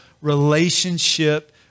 relationship